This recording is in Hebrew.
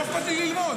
לא אכפת לי ללמוד,